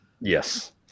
Yes